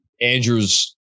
Andrew's